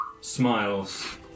smiles